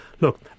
look